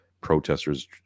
protesters